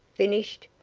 finished?